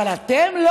אבל אתם?